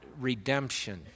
redemption